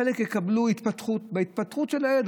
חלק יקבלו בהתפתחות של הילד,